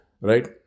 right